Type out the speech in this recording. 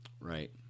Right